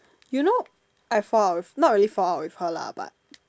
you know I fall out with not really fall out with her lah but